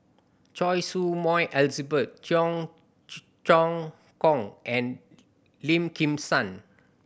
Choy Su Moi Elizabeth Cheong Choong Kong and Lim Kim San